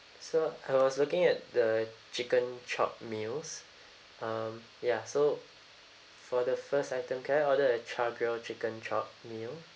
so I was looking at the chicken shop meals um ya so for the first item can I order a chargrilled chicken chop meal